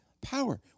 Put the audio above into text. power